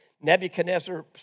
Nebuchadnezzar